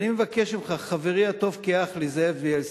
אני מבקש ממך, חברי הטוב כאח לי, זאב בילסקי,